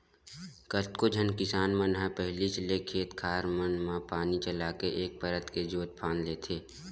कतको झन किसान मन ह पहिलीच ले खेत खार मन म पानी चलाके एक परत के जोंत फांद लेथे